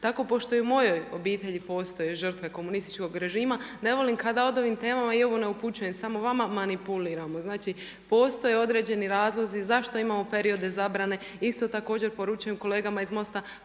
Tako i pošto u mojoj obitelji postoje žrtve komunističkog režima, ne volim kada o ovim temama, i ovo ne upućujem samo vama, manipuliramo. Znači, postoje određeni razlozi zašto imamo periode zabrane. Isto tako poručujem kolegama iz Mosta,